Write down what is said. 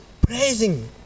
praising